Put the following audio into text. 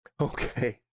Okay